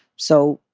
so,